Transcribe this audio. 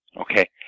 Okay